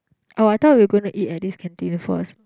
oh I thought we gonna eat at this canteen first